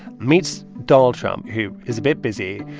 meets donald trump, who is a bit busy,